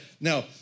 Now